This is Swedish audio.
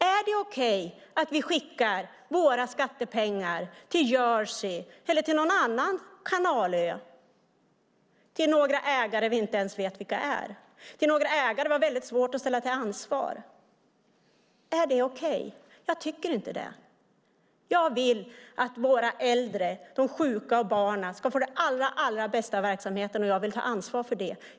Är det okej att vi skickar våra skattepengar till Jersey eller till någon annan kanalö till några ägare vi inte ens vet vilka de är och som är väldigt svåra att ställa till ansvar? Är det okej? Jag tycker inte det. Jag vill att våra äldre, de sjuka och barnen ska få det allra bästa av verksamheten. Jag vill ta ansvar för det.